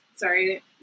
sorry